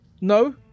No